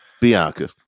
Bianca